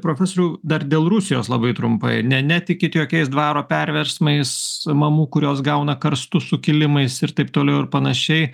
profesoriau dar dėl rusijos labai trumpą ne netikit jokiais dvaro perversmais mamų kurios gauna karstus sukilimais ir taip toliau ir panašiai